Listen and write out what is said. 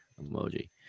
emoji